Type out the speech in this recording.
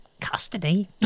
custody